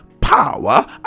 power